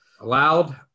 allowed